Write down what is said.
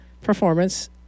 performance